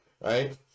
Right